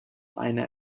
einer